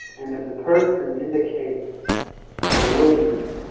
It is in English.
and if the person indicates a willingness